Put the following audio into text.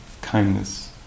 kindness